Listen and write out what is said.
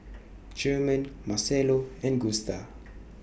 German Marcelo and Gusta